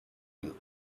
you